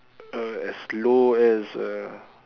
uh as low as a